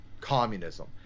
communism